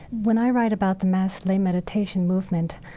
when i write about the mass lay meditation movement,